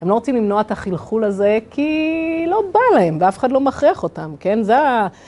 הם לא רוצים למנוע את החלחול הזה, כי לא בא להם, ואף אחד לא מכריח אותם, כן? זה ה...